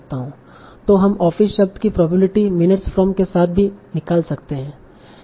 तों हम ऑफिस शब्द की प्रोबेबिलिटी 'मिनट्स फ्रॉम' के साथ भी निकाल सकते है